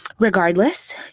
Regardless